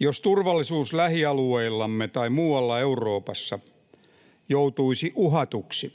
Jos turvallisuus lähialueillamme tai muualla Euroopassa joutuisi uhatuksi,